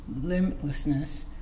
limitlessness